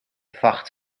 vacht